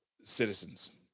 citizens